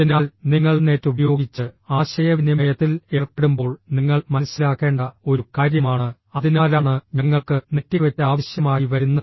അതിനാൽ നിങ്ങൾ നെറ്റ് ഉപയോഗിച്ച് ആശയവിനിമയത്തിൽ ഏർപ്പെടുമ്പോൾ നിങ്ങൾ മനസ്സിലാക്കേണ്ട ഒരു കാര്യമാണ് അതിനാലാണ് ഞങ്ങൾക്ക് നെറ്റിക്വെറ്റ് ആവശ്യമായി വരുന്നത്